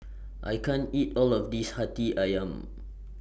I can't eat All of This Hati Ayam